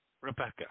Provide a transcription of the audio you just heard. Rebecca